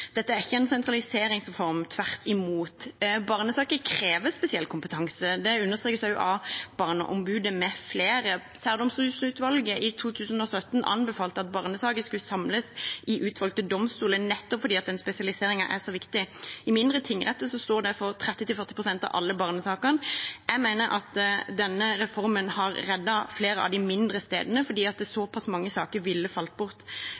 Dette er ikke en sentraliseringsreform – tvert imot. Barnesaker krever spesiell kompetanse, det understrekes av Barneombudet med flere. Særdomstolsutvalget i 2017 anbefalte at barnesaker skulle samles i utvalgte domstoler, nettopp fordi den spesialiseringen er så viktig. Mindre tingretter står derfor for 30–40 pst. av alle barnesakene. Jeg mener at denne reformen har reddet flere av de mindre stedene, fordi såpass mange saker ville falt bort